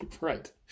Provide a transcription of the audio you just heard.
Right